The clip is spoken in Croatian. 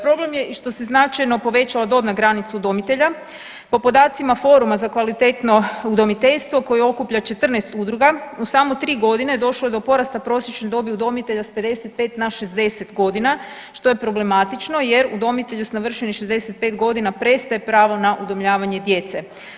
Problem je i što se značajno povećala dobna granica udomitelja, po podacima Foruma za kvalitetno udomiteljstvo koje okuplja 14 udruga u samo tri godine došlo je do porasta prosječne dobi udomitelja s 55 na 60 godina što je problematično jer udomitelju s navršenih 65 godina prestaje pravo na udomljavanje djece.